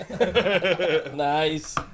Nice